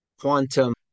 quantum